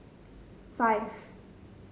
five